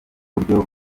buryo